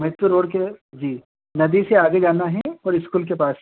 मइस्त्रो road के जी नदी से आगे जाना है और इस्कूल के पास